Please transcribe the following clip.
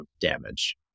damage